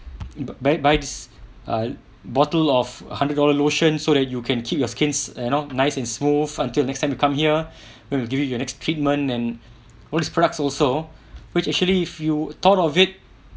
buy buy this ah bottle of hundred dollar lotion so that you can keep your skins you know nice and smooth until next time you come here when we give you your next treatment and with this products also which actually if you thought of it